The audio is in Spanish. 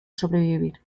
sobrevivir